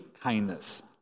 kindness